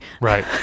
Right